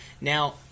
Now